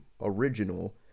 original